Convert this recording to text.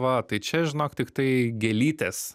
va tai čia žinok tiktai gėlytės